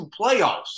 playoffs